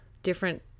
different